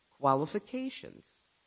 qualifications